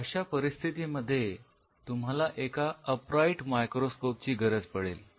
अशा परिस्थितीमध्ये तुम्हाला एका अपराईट मायक्रोस्कोप ची गरज पडेल